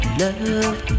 love